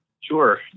Sure